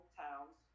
towns